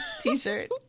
t-shirt